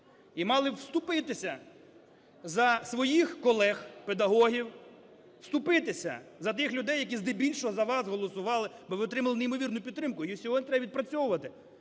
І мали б вступитися за своїх колег-педагогів, вступитися за тих людей, які здебільшого за вас голосували, бо ви отримали неймовірну підтримку, її сьогодні треба відпрацьовувати.